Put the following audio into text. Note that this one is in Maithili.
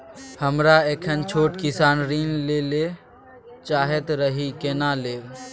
हमरा एहन छोट किसान ऋण लैले चाहैत रहि केना लेब?